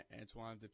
Antoine